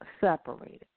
separated